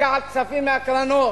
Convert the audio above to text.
לקחת כספים מהקרנות